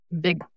big